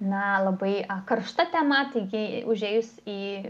na labai karšta tema taigi užėjus į